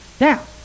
Now